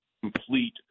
complete